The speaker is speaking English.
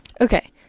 okay